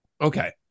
Okay